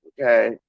Okay